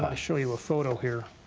show you a photo here